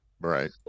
right